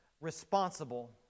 responsible